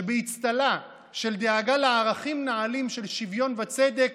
שבאצטלה של דאגה לערכים נעלים של שוויון וצדק